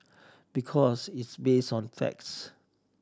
because it's based on the facts